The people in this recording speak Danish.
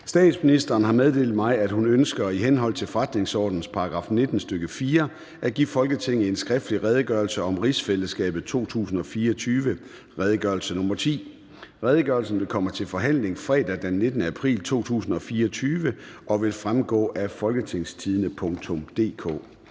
Frederiksen) har meddelt mig, at hun ønsker i henhold til forretningsordenens § 19, stk. 4, at give Folketinget en skriftlig Redegørelse om rigsfællesskabet 2024. (Redegørelse nr. R 10). Redegørelsen vil komme til forhandling fredag den 19. april 2024 og vil fremgå af www.folketingstidende.dk.